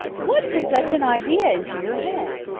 what put such and idea into your head?